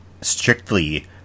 strictly